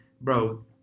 Bro